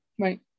Right